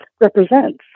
represents